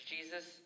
Jesus